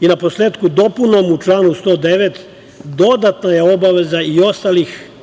Na posletku, dopunom u članu 109. dodatno je obaveza i ostalim